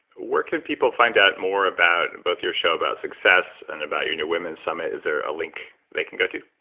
where can people find out more about both your show about success and about your new women's summit? is there a link they can go to?